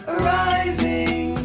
Arriving